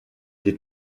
did